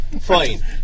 Fine